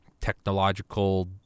technological